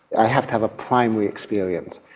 i have to have a primary experience,